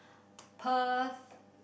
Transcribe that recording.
Perth